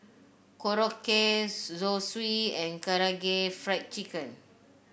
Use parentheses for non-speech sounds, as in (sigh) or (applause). Korokke (unintelligible) Zosui and Karaage Fried Chicken